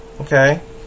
Okay